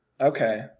Okay